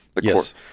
Yes